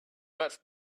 much